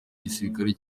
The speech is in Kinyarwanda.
gisirikare